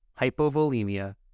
hypovolemia